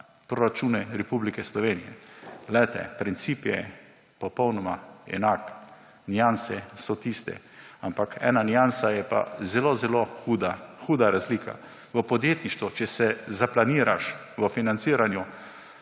proračune Republike Slovenije. Poglejte, princip je popolnoma enak, nianse so tiste, ampak ena niansa je pa zelo zelo huda, huda razlika. V podjetništvu, če se zaplaniraš v financiranju,